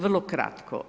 Vrlo kratko.